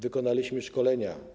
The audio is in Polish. Wykonaliśmy szkolenia.